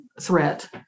threat